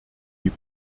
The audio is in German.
die